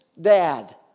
dad